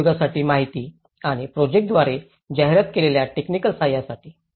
त्यांच्या उद्योगासाठी माहिती आणि प्रोजेक्टाद्वारे जाहिरात केलेल्या टेकनिक सहाय्यासाठी